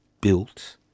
built